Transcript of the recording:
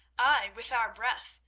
aye, with our breath,